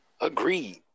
Agreed